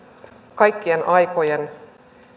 kaikkien aikojen